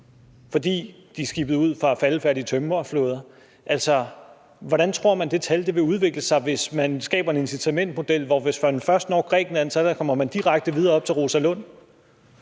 fordi de tog af sted på faldefærdige tømmerflåder. Altså, hvordan tror man det tal vil udvikle sig, hvis man skaber en incitamentsmodel, hvor flygtninge, hvis de først når Grækenland, så kommer direkte videre op til fru Rosa Lund?